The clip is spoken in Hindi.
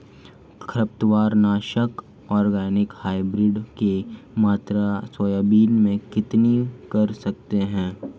खरपतवार नाशक ऑर्गेनिक हाइब्रिड की मात्रा सोयाबीन में कितनी कर सकते हैं?